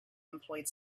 employed